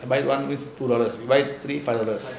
buy one two dollars buy three five dollars